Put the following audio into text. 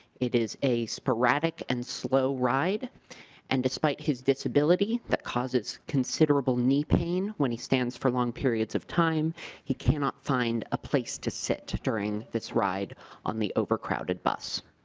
it is a sporadic and slow ride and despite his disability that causes considerable knee pain when he stands for long periods of time he cannot find a place to sit during this ride on the overcrowded bus.